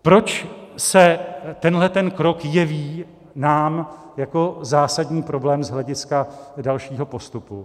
Proč se tenhle krok jeví nám jako zásadní problém z hlediska dalšího postupu?